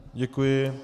Děkuji.